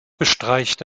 bestreicht